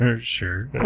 Sure